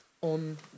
on